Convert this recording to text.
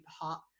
hot